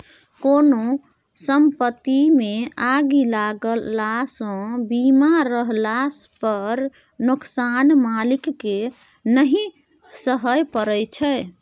कोनो संपत्तिमे आगि लगलासँ बीमा रहला पर नोकसान मालिककेँ नहि सहय परय छै